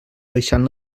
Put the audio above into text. baixant